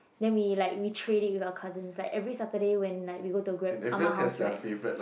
then we like we trade it with our cousins like every Saturday when like we go to gra~ Ah-Ma's house right